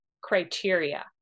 criteria